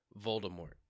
Voldemort